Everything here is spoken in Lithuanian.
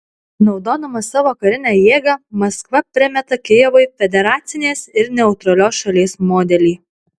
naudodama savo karinę jėgą maskva primeta kijevui federacinės ir neutralios šalies modelį